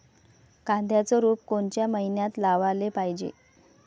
कांद्याचं रोप कोनच्या मइन्यात लावाले पायजे?